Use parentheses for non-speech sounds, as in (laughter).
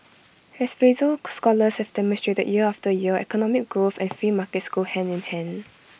as Fraser (unintelligible) scholars have demonstrated year after year economic growth and free markets go hand in hand